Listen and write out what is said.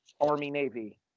Army-Navy